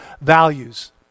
values